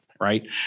right